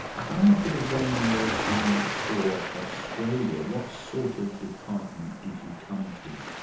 how much of a gain was he for australia? what sort of department did he come to?